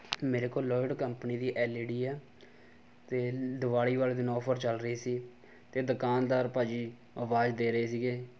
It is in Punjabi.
ਮੇਰੇ ਕੋਲ ਲਓਇਡ ਕੰਪਨੀ ਦੀ ਐੱਲ ਈ ਡੀ ਹੈ ਅਤੇ ਦੀਵਾਲੀ ਵਾਲੇ ਦਿਨ ਆਫਰ ਚੱਲ ਰਹੀ ਸੀ ਅਤੇ ਦੁਕਾਨਦਾਰ ਭਾਅ ਜੀ ਆਵਾਜ਼ ਦੇ ਰਹੇ ਸੀਗੇ